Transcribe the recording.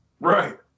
Right